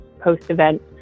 post-event